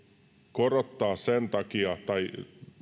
korottaa sen takia